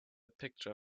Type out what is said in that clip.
picture